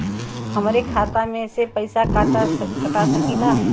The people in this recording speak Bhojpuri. हमरे खाता में से पैसा कटा सकी ला?